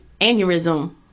aneurysm